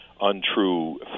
untrue